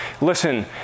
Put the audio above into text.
Listen